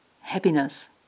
happiness